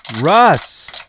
Russ